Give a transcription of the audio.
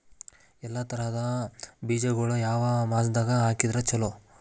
ಎಲ್ಲಾ ತರದ ಬೇಜಗೊಳು ಯಾವ ಮಾಸದಾಗ್ ಹಾಕಿದ್ರ ಛಲೋ?